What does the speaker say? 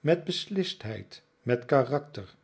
met beslistheid met karakter